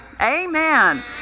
Amen